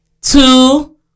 two